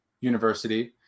university